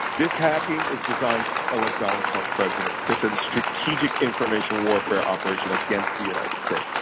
this hacking is designed to elect donald trump president. it's a strategic information warfare operation against the united states.